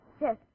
Yes